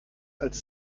als